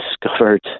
discovered